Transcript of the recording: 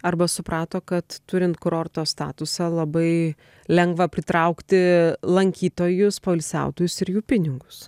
arba suprato kad turint kurorto statusą labai lengva pritraukti lankytojus poilsiautojus ir jų pinigus